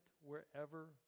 wherever